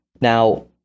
Now